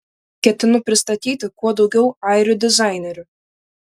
ketinu pristatyti kuo daugiau airių dizainerių